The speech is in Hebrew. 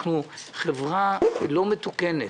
אנחנו חברה לא מתוקנת.